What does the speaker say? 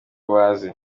bazi